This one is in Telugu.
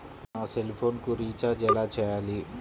నా సెల్ఫోన్కు రీచార్జ్ ఎలా చేయాలి?